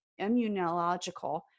immunological